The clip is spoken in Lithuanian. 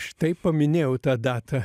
štai paminėjau tą datą